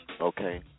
Okay